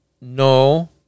no